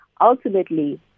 ultimately